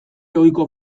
ohiko